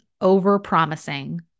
over-promising